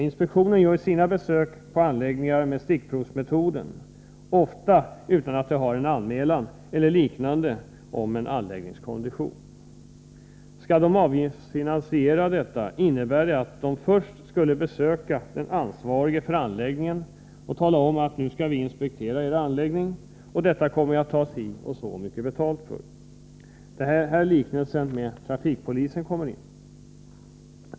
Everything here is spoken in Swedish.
Inspektionen tillämpar vid sina besök på anläggningar stickprovsmetoden, ofta utan att ha en anmälan eller liknande om en anläggnings kondition. Skulle man avgiftsfinansiera detta, innebär det att inspektionen först skulle besöka den ansvarige för anläggningen och tala om att nu skall vi inspektera er anläggning, och detta kommer vi att ta si och så mycket betalt för. Det är här liknelsen med trafikpolisen kommer in.